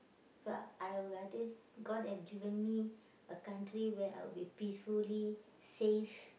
so I'll rather god had given me a country where I will be peacefully safe